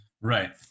Right